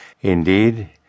Indeed